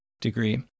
degree